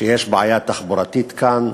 שיש בעיה תחבורתית כאן,